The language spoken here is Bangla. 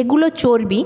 এগুলো চর্বি